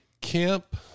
camp